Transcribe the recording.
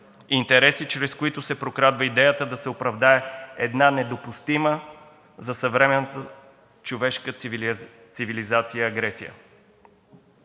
интереси, чрез които се прокрадва идеята да се оправдае една недопустима за съвременната човешка цивилизация агресия.